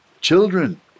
children